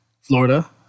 Florida